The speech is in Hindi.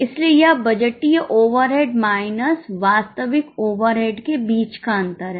इसलिए यह बजटीय ओवरहेड माइनस वास्तविक ओवरहेड के बीच का अंतर है